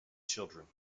children